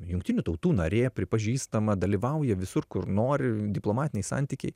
jungtinių tautų narė pripažįstama dalyvauja visur kur nori diplomatiniai santykiai